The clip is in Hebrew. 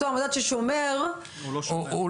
אותו המדד "ששומר" הוא לא נכון?